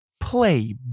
Play